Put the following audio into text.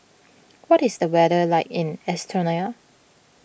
what is the weather like in Estonia